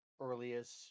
earliest